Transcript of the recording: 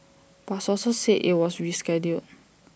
but sources said IT was rescheduled